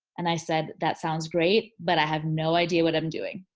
and i said, that sounds great but i have no idea what i'm doing.